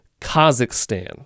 Kazakhstan